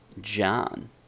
John